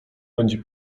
będzie